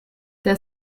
der